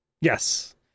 Yes